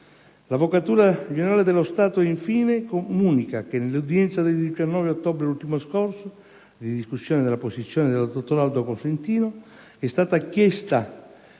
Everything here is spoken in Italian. L'Avvocatura generale dello Stato, infine, comunica che, nell'udienza del 19 ottobre ultimo scorso, di discussione della posizione del dottor Aldo Cosentino, è stata chiesta